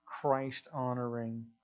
Christ-honoring